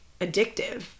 addictive